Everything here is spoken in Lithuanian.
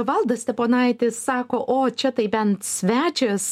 valdas steponaitis sako o čia tai bent svečias